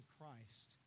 Christ